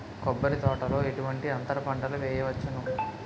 కొబ్బరి తోటలో ఎటువంటి అంతర పంటలు వేయవచ్చును?